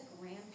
grand